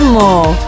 more